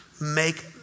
make